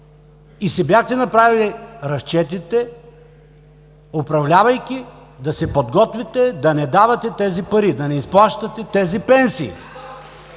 и си бяхте направили разчетите, управлявайки да се подготвите да не давате тези пари, да не изплащате тези пенсии.